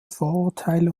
vorurteile